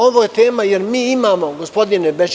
Ovo je tema jer mi imamo, gospodine Bečiću…